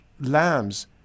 lambs